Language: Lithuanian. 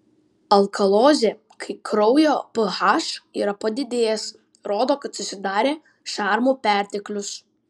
alkalozė kai kraujo ph yra padidėjęs rodo kad susidarė šarmų perteklius